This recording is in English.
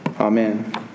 Amen